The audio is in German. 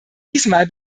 diesmal